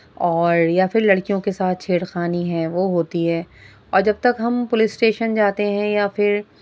اور یا پھر لڑکیوں کے ساتھ چھیڑخانی ہے وہ ہوتی ہے اور جب تک ہم پولیس اسٹیشن جاتے ہیں یا پھر